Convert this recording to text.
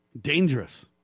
dangerous